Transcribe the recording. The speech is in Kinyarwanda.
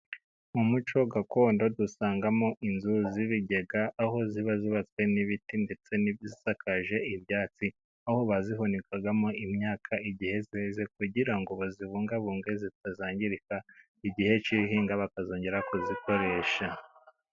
Umuco gakondo dusangamo inzu z'ibigega aho ziba zubabatswe n'ibiti ndetse n'ibisakaje ibyatsi, aho bazihunikagamo imyaka igihe yeze kugira ngo bazibungabunge zitazangirika igihe cy'ihinga bakazongera kuzikoresha.